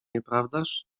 nieprawdaż